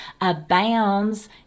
abounds